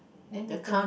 then later